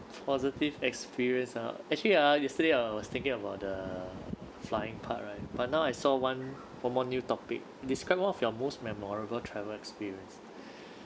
positive experience ah actually ah yesterday I was thinking about the flying part right but now I saw one one more new topic describe one of your most memorable travel experience